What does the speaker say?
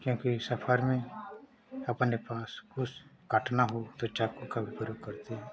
क्योंकि सफ़र में अपने पास कुछ काटना हो तो चाकू का भी प्रयोग करते हैं